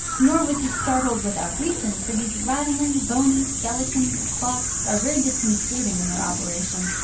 nor was he startled without reason for these rattling, bony skeletons of clocks are very disconcerting in their operation,